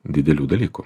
didelių dalykų